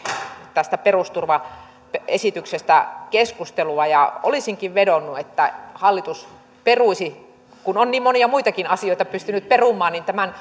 perusturvaesityksestä keskustelua ja olisinkin vedonnut että hallitus peruisi kun on niin monia muitakin asioita pystynyt perumaan tämän